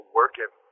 working